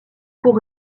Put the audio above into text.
pour